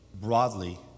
broadly